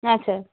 আচ্ছা